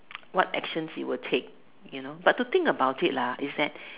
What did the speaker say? what actions it will take you know but to think about it lah is that